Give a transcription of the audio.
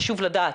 חשוב לדעת,